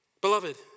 Beloved